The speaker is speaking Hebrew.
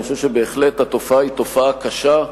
אני חושב שבהחלט התופעה היא תופעה קשה,